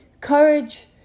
Courage